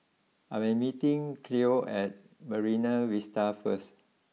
I am meeting Cleo at Marine Vista first